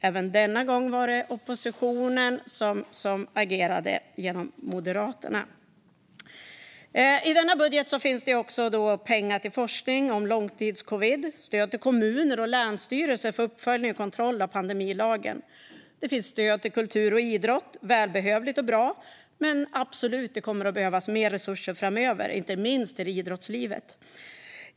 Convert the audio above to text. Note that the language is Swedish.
Också denna gång var det oppositionen genom Moderaterna som agerade. I denna budget finns pengar till forskning om långtidscovid och stöd till kommuner och länsstyrelser för uppföljning och kontroll av pandemilagen. Det finns stöd till kultur och idrott, vilket är välbehövligt och bra. Men det kommer absolut att behövas mer resurser framöver, inte minst till idrottslivet.